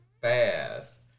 fast